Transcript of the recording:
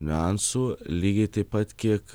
niuansų lygiai taip pat kiek